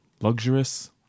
Luxurious